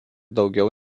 daugiau